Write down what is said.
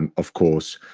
um of course,